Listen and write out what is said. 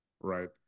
right